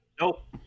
Nope